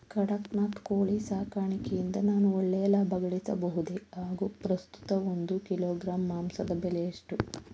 ಕಡಕ್ನಾತ್ ಕೋಳಿ ಸಾಕಾಣಿಕೆಯಿಂದ ನಾನು ಒಳ್ಳೆಯ ಲಾಭಗಳಿಸಬಹುದೇ ಹಾಗು ಪ್ರಸ್ತುತ ಒಂದು ಕಿಲೋಗ್ರಾಂ ಮಾಂಸದ ಬೆಲೆ ಎಷ್ಟು?